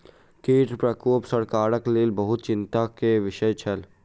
कीट प्रकोप सरकारक लेल बहुत चिंता के विषय छल